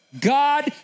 God